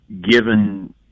given